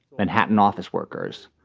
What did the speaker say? manhattan office workers.